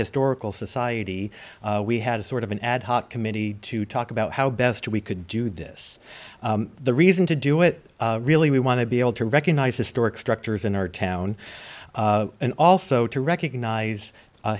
historical society we had a sort of an ad hoc committee to talk about how best we could do this the reason to do it really we want to be able to recognize historic structures in our town and also to recognize